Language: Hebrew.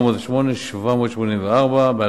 408 מיליון 784,757 ש"ח,